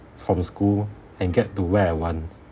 from school and get to where I want